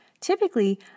Typically